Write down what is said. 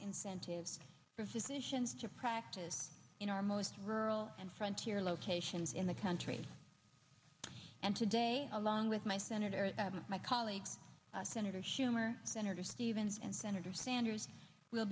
incentives for physicians to practice in our most rural and french air locations in the country and today along with my senator my colleague senator schumer senator stevens and senator sanders will